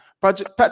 Project